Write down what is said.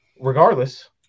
regardless